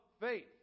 faith